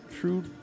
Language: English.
true